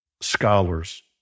scholars